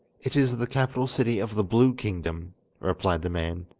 it is the capital city of the blue kingdom replied the man,